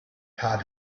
had